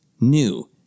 new